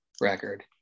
record